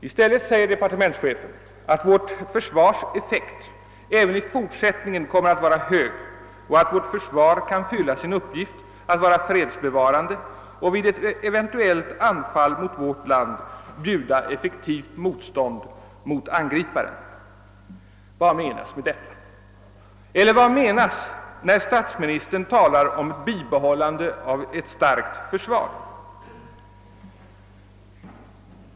I stället säger departementschefen att vår försvarseffekt även i fortsättningen kommer att vara hög och att det kan fylla sin uppgift att vara fredsbevarande och vid ett eventuellt anfall mot vårt land bjuda effektivt motstånd mot angriparen. Vad menas med detta? Eller vad menas när statsministern talar om bibehållande av ett starkt försvar?